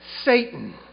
Satan